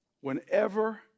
Whenever